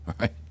right